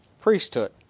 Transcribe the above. priesthood